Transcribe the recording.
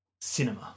cinema